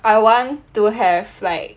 I want to have like